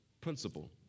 principle